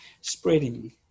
spreading